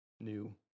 new